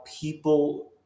people